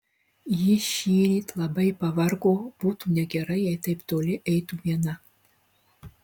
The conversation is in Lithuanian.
ji šįryt labai pavargo būtų negerai jei taip toli eitų viena